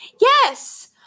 Yes